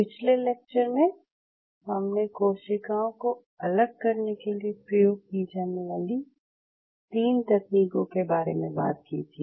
पिछले लेक्चर में हमने कोशिकाओं को अलग करने के लिए प्रयोग की जाने वाली तीन तकनीकों के बारे में बात की थी